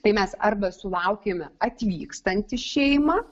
tai mes arba sulaukėme atvykstant į šeimą